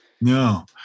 no